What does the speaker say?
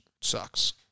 sucks